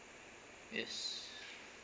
yes